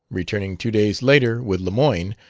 returning two days later, with lemoyne,